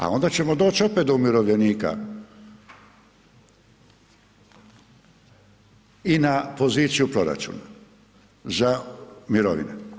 A onda ćemo doći opet do umirovljenika i na poziciju proračuna za mirovine.